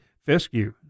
Fescue